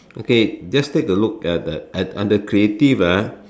okay just take a look at the at at the creative ah